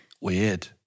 weird